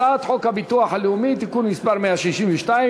הצעת חוק הביטוח הלאומי (תיקון מס' 162),